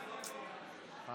נוכח